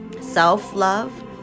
Self-love